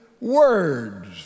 words